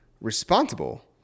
responsible